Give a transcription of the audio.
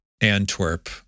Antwerp